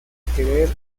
querer